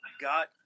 got